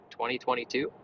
2022